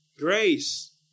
Grace